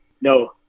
No